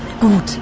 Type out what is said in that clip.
gut